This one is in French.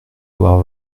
avoir